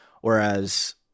Whereas